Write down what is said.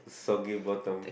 soggy bottom